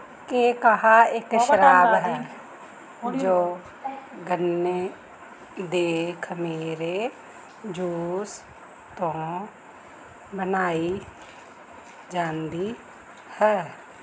ਕੇਕਾਹਾ ਇੱਕ ਸ਼ਰਾਬ ਹੈ ਜੋ ਗੰਨੇ ਦੇ ਖ਼ਮੀਰੇ ਜੂਸ ਤੋਂ ਬਣਾਈ ਜਾਂਦੀ ਹੈ